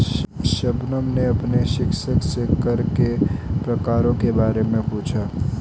शबनम ने अपने शिक्षक से कर के प्रकारों के बारे में पूछा